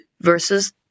versus